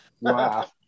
Wow